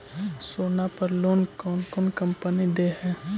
सोना पर लोन कौन कौन कंपनी दे है?